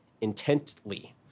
intently